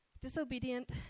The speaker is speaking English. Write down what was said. disobedient